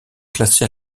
classée